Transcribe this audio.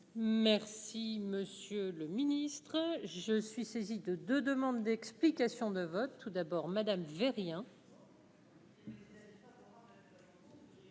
Merci monsieur le ministre je suis saisi de 2 demandes d'explications de vote, tout d'abord Madame V. rien.